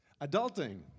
adulting